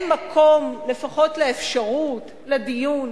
אין מקום, לפחות לאפשרות, לדיון,